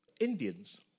Indians